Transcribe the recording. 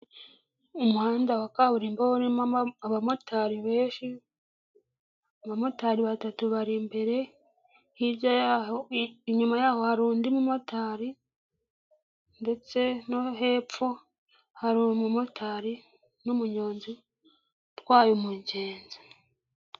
Umuhanda wa kaburimbo ubona urimo abamotari benshi, abamotari batatu bari imbere, inyuma yaho hari undi mumotari, ndetse no hepfo hari umumotari n'umunyonzi utwaye umugenzi.